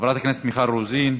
חברת הכנסת מיכל רוזין,